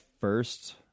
first